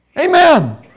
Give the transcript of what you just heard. Amen